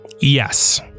Yes